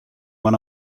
one